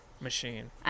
Machine